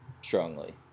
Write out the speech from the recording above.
strongly